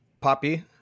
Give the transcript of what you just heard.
Poppy